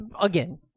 again